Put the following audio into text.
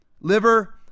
liver